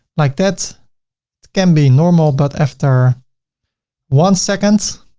like that. it can be normal, but after one second,